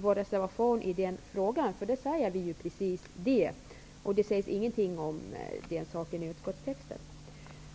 vår reservation i denna fråga? Vi säger ju precis detta i reservationen. Men det sägs ingenting om detta i utskottstexten.